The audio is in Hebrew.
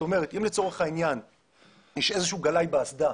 אם יש איזה שהוא גלאי באסדה